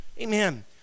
amen